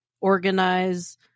organize